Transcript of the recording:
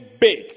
big